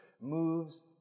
moves